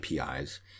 APIs